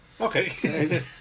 Okay